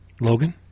Logan